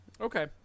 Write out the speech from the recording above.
Okay